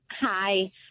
Hi